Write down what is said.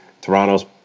Toronto's